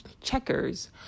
checkers